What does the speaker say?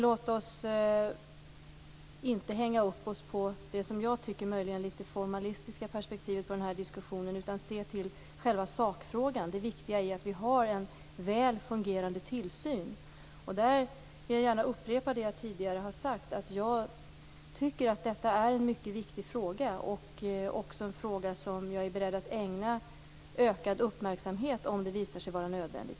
Låt oss inte hänga upp oss på det som jag tycker möjligen litet formalistiska perspektivet på denna diskussion utan se till själva sakfrågan. Det viktiga är att vi har en väl fungerande tillsyn. Jag vill gärna upprepa det jag tidigare har sagt. Jag tycker att detta är en mycket viktig fråga. Det är en fråga som jag är beredd att ägna ökad uppmärksamhet om det visar sig vara nödvändigt.